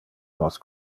nos